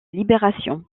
libération